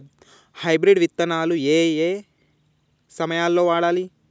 Hybrid విత్తనాలు ఏయే సమయాల్లో వాడాలి?